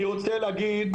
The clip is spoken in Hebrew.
אני רוצה להגיד,